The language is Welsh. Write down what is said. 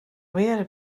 wir